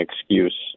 excuse